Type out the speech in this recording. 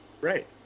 Right